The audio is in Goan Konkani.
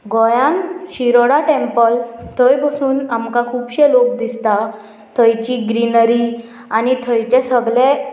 गोंयान शिरोडा टॅम्पल थंय बसून आमकां खुबशे लोक दिसता थंयची ग्रिनरी आनी थंयचे सगळे